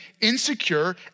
insecure